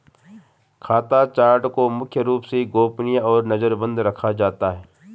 खाता चार्ट को मुख्य रूप से गोपनीय और नजरबन्द रखा जाता है